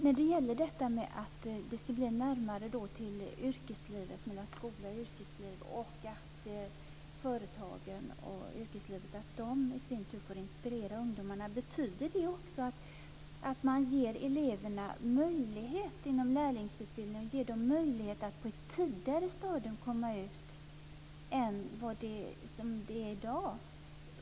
Fru talman! Det ska bli närmare mellan skola och yrkesliv. Företagen och yrkeslivet ska i sin tur inspirera ungdomarna. Betyder det också att man ger eleverna inom lärlingsutbildningen möjlighet att på ett tidigare stadium komma ut i yrkeslivet än som det är i dag?